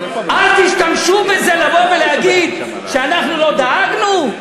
אל תשתמשו בזה, לבוא ולהגיד שאנחנו לא דאגנו?